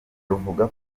ruvuga